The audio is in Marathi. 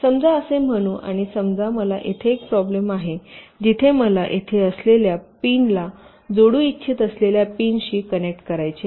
समजा असे म्हणू आणि समजा मला येथे एक प्रॉब्लेम आहे जिथे मला येथे असलेल्या पिनला जोडू इच्छित असलेल्या पिनशी कनेक्ट करायचे आहे